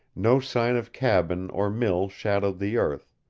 no sign of cabin or mill shadowed the earth,